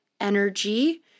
energy